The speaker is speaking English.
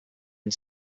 and